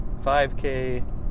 5K